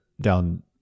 down